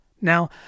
Now